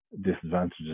disadvantages